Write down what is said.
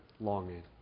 longing